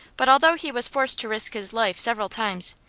but although he was forced to risk his life several times,